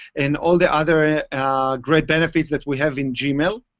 and all the other great benefits that we have in gmail.